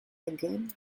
again